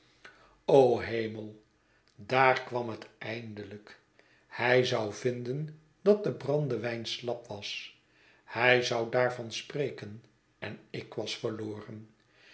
hemel daar kwam het eindelijk hij zou vinden dat de brandewijn slap was hij zou daarvan spreken en ik was verloren